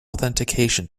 authentication